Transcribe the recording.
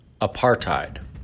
apartheid